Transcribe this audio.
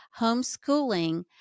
homeschooling